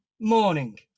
morning